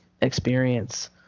experience